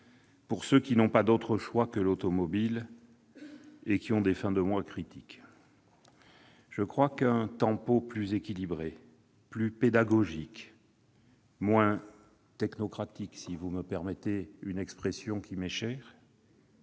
ceux qui n'ont pas d'autre choix que l'automobile et dont les fins de mois sont critiques. Un tempo plus équilibré, plus pédagogique, moins technocratique, si vous me permettez ce mot qui m'est cher,